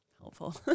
helpful